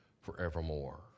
forevermore